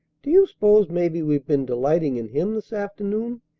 do you suppose maybe we've been delighting in him this afternoon?